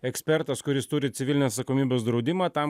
ekspertas kuris turi civilinės atsakomybės draudimą tam